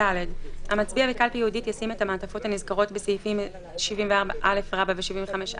" (ד)המצביע בקלפי ייעודית ישים את המעטפות הנזכרות בסעיפים 74א ו-75(א)